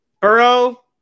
Burrow